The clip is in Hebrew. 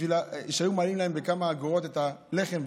בשביל שהיו מעלים להם בכמה אגורות את הלחם,